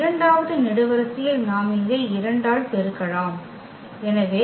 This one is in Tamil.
இரண்டாவது நெடுவரிசையில் நாம் இங்கே 2 ஆல் பெருக்கலாம் எனவே 2 2 8